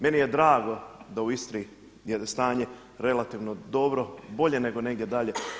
Meni je drago da u Istri je stanje relativno dobro, bolje nego negdje dalje.